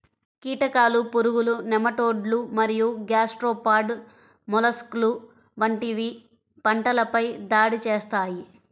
కీటకాలు, పురుగులు, నెమటోడ్లు మరియు గ్యాస్ట్రోపాడ్ మొలస్క్లు వంటివి పంటలపై దాడి చేస్తాయి